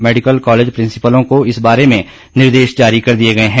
medical college प्रिंसिपलों को इस बारे में निर्देश जारी कर दिए गए हैं